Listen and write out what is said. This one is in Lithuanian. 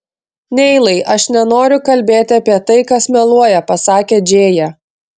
neilai aš nenoriu kalbėti apie tai kas meluoja pasakė džėja